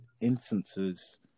instances